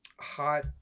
hot